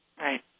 Right